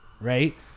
right